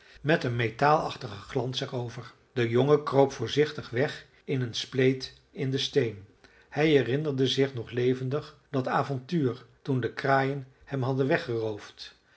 met een metaalachtigen glans er over de jongen kroop voorzichtig weg in een spleet in den steen hij herinnerde zich nog levendig dat avontuur toen de kraaien hem hadden weggeroofd